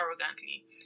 arrogantly